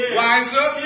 wiser